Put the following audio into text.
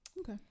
Okay